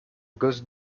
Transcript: gosse